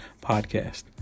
podcast